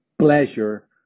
pleasure